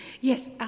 Yes